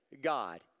God